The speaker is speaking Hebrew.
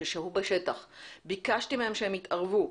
שהו בשטח וביקשתי מהם שהם יתערבו,